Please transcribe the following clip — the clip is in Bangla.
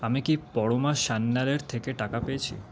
আমি কি পরমা সান্যালের থেকে টাকা পেয়েছি